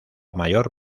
mayor